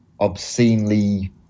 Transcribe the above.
obscenely